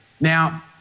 Now